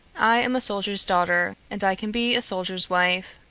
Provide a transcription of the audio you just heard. i am a soldier's daughter, and i can be a soldier's wife.